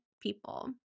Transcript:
people